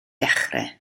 dechrau